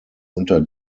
unter